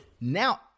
Now